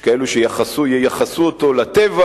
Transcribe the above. יש כאלה שייחסו אותו לטבע,